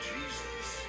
Jesus